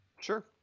Sure